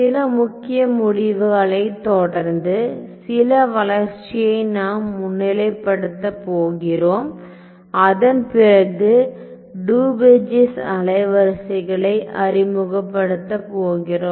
சில முக்கிய முடிவுகளைத் தொடர்ந்து சில வளர்ச்சியை நாம் முன்னிலைப்படுத்தப் போகிறோம் அதன் பிறகு டுபெச்சீஸ் அலைவரிசைகளை அறிமுகப்படுத்தப் போகிறோம்